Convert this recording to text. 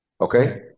Okay